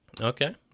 Okay